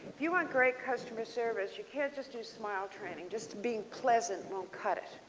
you want great customer service you cannot just do smile training just to be pleasant. won't cut it.